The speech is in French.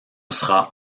sera